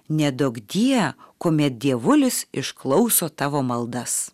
neduokdie kuomet dievulis išklauso tavo maldas